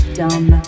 dumb